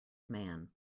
man